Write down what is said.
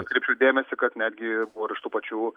atkreipiu dėmesį kad netgi buvo ir iš tų pačių